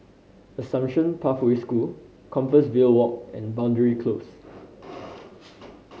Assumption Pathway School Compassvale Walk and Boundary Close